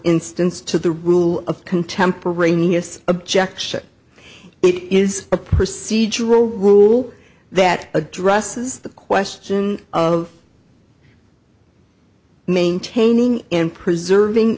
instance to the rule of contemporaneous objection it is a proceed general rule that addresses the question of maintaining and preserving